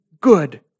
good